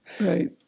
Right